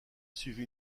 suivi